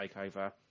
takeover